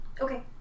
okay